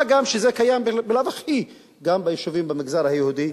מה גם שזה קיים בלאו הכי גם ביישובים במגזר היהודי,